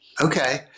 Okay